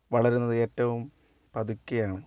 വളരുന്നത് ഏറ്റവും പതുക്കെയാണ്